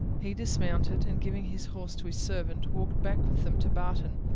he dismounted, and giving his horse to his servant, walked back with them to barton,